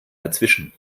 dazwischen